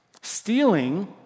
Stealing